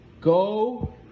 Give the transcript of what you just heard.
Go